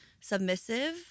submissive